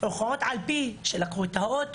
וכל האנשים שנמצאים פה.